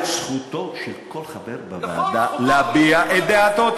זכותו של כל חבר בוועדה להביע את דעתו,